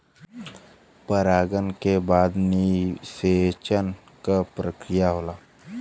परागन के बाद निषेचन क प्रक्रिया होला